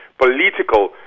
political